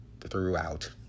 throughout